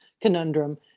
conundrum